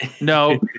no